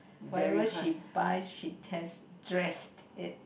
whatever she buy she test dress it